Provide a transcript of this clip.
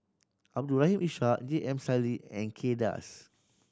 Abdul Rahim Ishak J M Sali and Kay Das